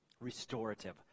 restorative